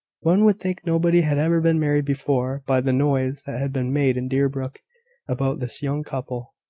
one would think nobody had ever been married before, by the noise that had been made in deerbrook about this young couple.